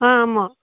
ஆ ஆமாம்